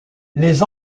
les